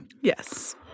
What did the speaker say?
Yes